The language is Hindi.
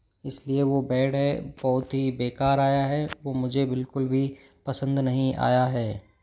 इसलिए वो बैड है बहुत ही बेकार आया है वो मुझे बिल्कुल भी पसंद नहीं आया है